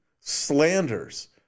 slanders